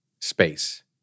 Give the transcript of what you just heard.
space